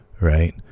Right